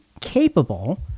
capable